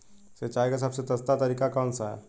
सिंचाई का सबसे सस्ता तरीका कौन सा है?